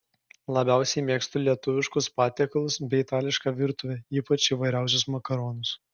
labiausiai mėgstu lietuviškus patiekalus bei itališką virtuvę ypač įvairiausius makaronus